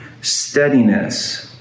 steadiness